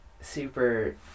super